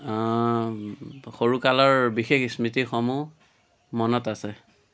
সৰু কালৰ বিশেষ স্মৃতিসমূহ মনত আছে